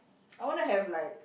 I wanna have like